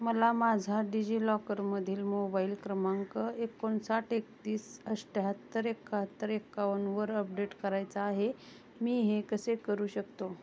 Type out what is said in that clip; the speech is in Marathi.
मला माझा डिजिलॉकरमधील मोबाईल क्रमांक एकोणसाठ एकतीस अठ्याहत्तर एकाहत्तर एकावन्नवर अपडेट करायचा आहे मी हे कसे करू शकतो